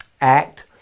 act